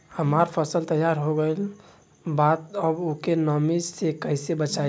हमार फसल तैयार हो गएल बा अब ओके नमी से कइसे बचाई?